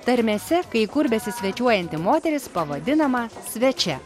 tarmėse kai kur besisvečiuojanti moteris pavadinama svečia